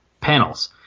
panels